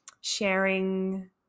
sharing